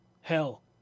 Hell